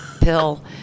pill